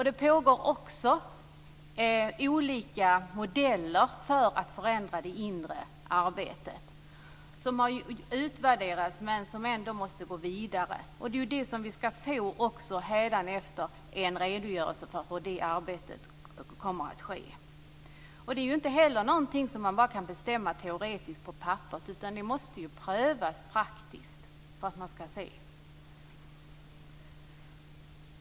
Det pågår också olika modeller för att förändra det inre arbetet som har utvärderats men som ändå måste gå vidare. Vi ska hädanefter få en redogörelse för hur det arbetet kommer att ske. Det är ju inte heller något som man bara kan bestämma teoretiskt på papperet, utan det måste prövas praktiskt för att man ska se.